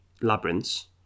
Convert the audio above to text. Labyrinths